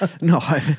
no